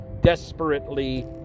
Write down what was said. desperately